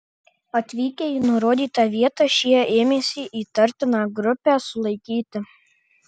atvykę į nurodytą vietą šie ėmėsi įtartiną grupę sulaikyti